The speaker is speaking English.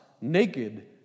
naked